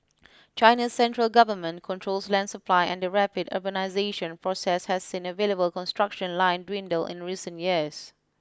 China's central government controls land supply and the rapid urbanisation process has seen available construction land dwindle in recent years